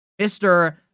Mr